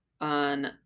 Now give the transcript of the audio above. on